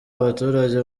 abaturage